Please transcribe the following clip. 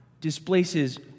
displaces